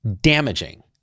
damaging